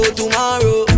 tomorrow